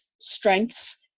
strengths